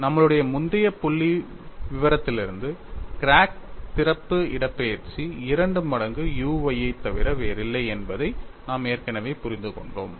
நம்மளுடைய முந்தைய புள்ளி விவரத்திலிருந்து கிராக் திறப்பு இடப்பெயர்ச்சி 2 மடங்கு u y ஐத் தவிர வேறில்லை என்பதை நாம் ஏற்கனவே புரிந்துகொண்டோம்